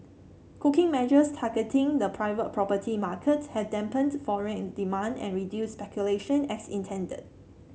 cooking measures targeting the private property market have dampened foreign demand and reduced speculation as intended